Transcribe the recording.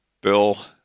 Bill